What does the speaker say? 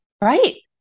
Right